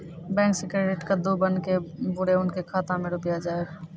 Bank से credit कद्दू बन के बुरे उनके खाता मे रुपिया जाएब?